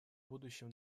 будущем